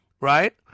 right